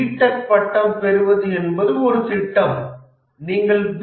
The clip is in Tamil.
டெக் பட்டம் பெறுவது என்பது ஒரு திட்டம் நீங்கள் பி